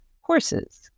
horses